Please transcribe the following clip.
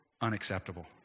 unacceptable